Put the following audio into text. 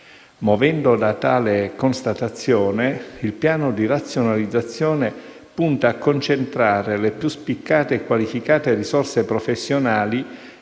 Muovendo da tale constatazione, il piano di razionalizzazione punta a concentrare le più spiccate e qualificate risorse professionali